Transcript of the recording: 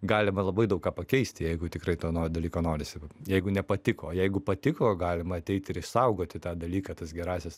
galima labai daug ką pakeisti jeigu tikrai to dalyko norisi jeigu nepatiko o jeigu patiko galima ateiti ir išsaugoti tą dalyką tas gerąsias